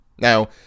Now